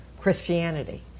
Christianity